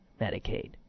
Medicaid